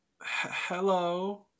hello